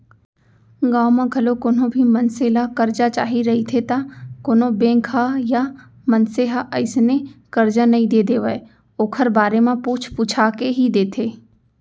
गाँव म घलौ कोनो भी मनसे ल करजा चाही रहिथे त कोनो बेंक ह या मनसे ह अइसने करजा नइ दे देवय ओखर बारे म पूछ पूछा के ही देथे